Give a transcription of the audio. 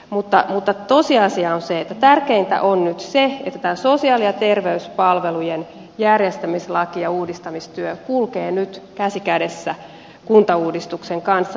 mutta tosiasia on se että tärkeintä on nyt se että sosiaali ja terveyspalvelujen järjestämislaki ja uudistamistyö kulkevat nyt käsi kädessä kuntauudistuksen kanssa